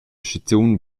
schizun